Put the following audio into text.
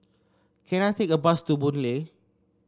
can I take a bus to Boon Lay